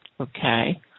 Okay